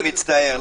אני מצטער.